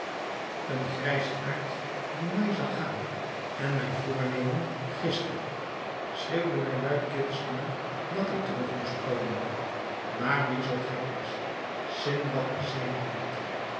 een grijsaard die mij zag gaan en mijn voornemen giste schreeuwde mij luidkeels na dat ik terug moest komen maar wie zoo gek was sindbad de zeeman niet